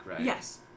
Yes